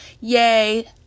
yay